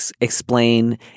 explain